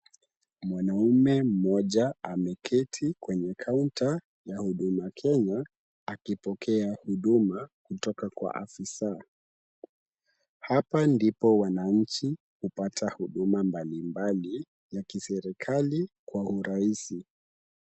Mwanaume mmoja ameketi kwenye kaunta ya Huduma Kenya akipokea huduma kutoka kwa afisa. Hapa ndipo wananchi hupata huduma mbalimbali ya kiserikali kwa urahisi.